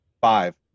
five